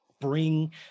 bring